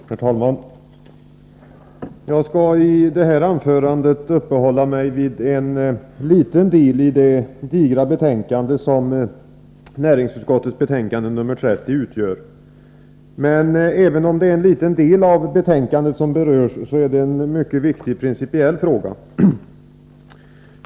Herr talman! Jag skall i detta anförande uppehålla mig vid en liten del i det digra betänkandet nr 30 från näringsutskottet. Men även om det är en liten del av betänkandet som berörs är det en mycket viktig principiell fråga.